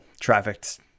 trafficked